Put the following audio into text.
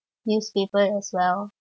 newspaper as well um